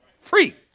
Free